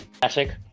classic